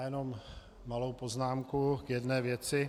Jenom malou poznámku k jedné věci.